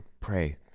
pray